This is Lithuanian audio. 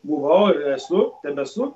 buvau ir esu tebesu